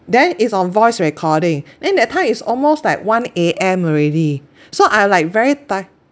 then is on voice recording then that time is almost like one A_M already so I like very tired